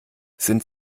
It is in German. sind